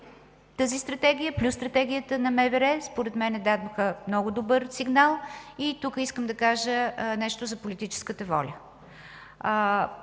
тази Стратегия плюс Стратегията на МВР? Според мен дадоха много добър сигнал и тук искам да кажа нещо за политическата воля.